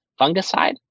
Fungicide